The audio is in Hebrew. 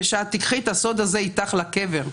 ושאת תיקחי את הסוד הזה איתך לקבר.